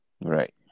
Right